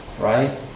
right